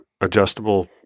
adjustable